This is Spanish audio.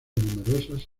numerosas